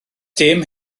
dim